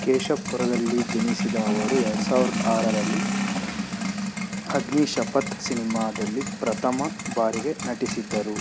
ಕೇಶಪುರದಲ್ಲಿ ಜನಿಸಿದ ಅವರು ಎರ್ಡು ಸಾವ್ರ್ದ ಆರರಲ್ಲಿ ಅಗ್ನೀಶಪತ್ ಸಿನಿಮಾದಲ್ಲಿ ಪ್ರಥಮ ಬಾರಿಗೆ ನಟಿಸಿದ್ದರು